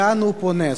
לאן הוא פונה?